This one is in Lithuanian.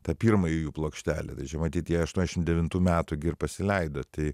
tą pirmąją jų plokštelę matyt ją aštuoniasdešimt devintų metų gi ir pasileido tai